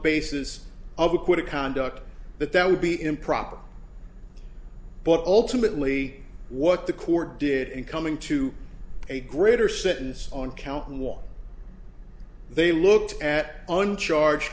basis of acquitted conduct that that would be improper but ultimately what the court did in coming to a greater sentence on count one they looked at on charge